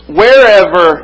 wherever